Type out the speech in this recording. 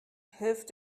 hilft